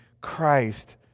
Christ